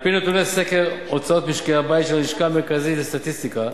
על-פי נתוני סקר הוצאות משקי-הבית של הלשכה המרכזית לסטטיסטיקה,